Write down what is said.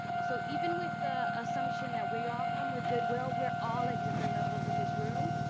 so, even with the assumption that we all come with goodwill, we're all at different levels in this room.